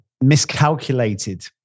miscalculated